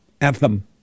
anthem